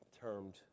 termed